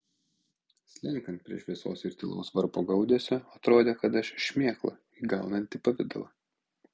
slenkant prie šviesos ir tylaus varpo gaudesio atrodė kad aš šmėkla įgaunanti pavidalą